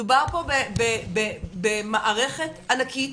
מדובר פה במערכת ענקית